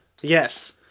Yes